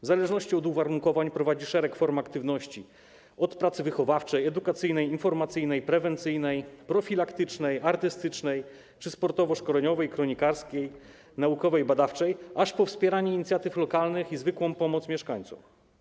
W zależności od uwarunkowań prowadzi szereg form aktywności: od pracy wychowawczej, edukacyjnej, informacyjnej, prewencyjnej, profilaktycznej, artystycznej czy sportowo-szkoleniowej, kronikarskiej, naukowej, badawczej, aż po wspieranie inicjatyw lokalnych i zwykłą pomoc mieszkańcom.